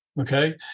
Okay